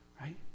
right